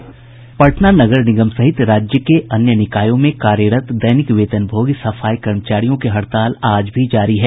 पटना नगर निगम सहित राज्य के अन्य निकायों में कार्यरत दैनिक वेतनभोगी सफाई कर्मचारियों की हड़ताल आज भी जारी है